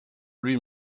lui